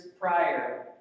prior